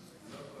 עד ארבע